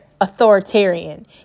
authoritarian